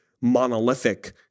monolithic